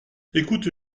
ecoute